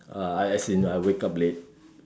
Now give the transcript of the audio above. uh I as in I wake up late